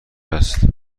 است